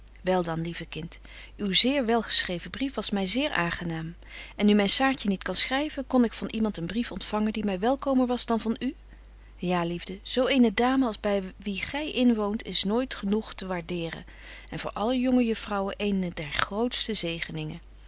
wel dan lieve kind uw zeer wel geschreven brief was my zeer aangenaam en nu myn saartje niet kan schryven kon ik van iemand een brief ontfangen die my welkomer was dan van u ja liefde zo eene dame als by wie gy inwoont is nooit genoeg te waarderen en voor alle jonge juffrouwen een der grootste zegeningen